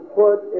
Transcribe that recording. put